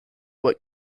what